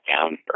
down